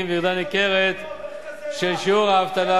השנייה של 2009. בשנה זו צמח המשק הישראלי בשיעור משמעותי של 4.7,